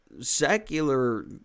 secular